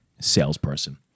salesperson